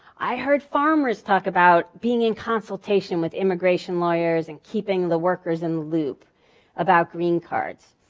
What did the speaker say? i heard farmers talk about being in consultation with immigration lawyers and keeping the workers in loop about green cards.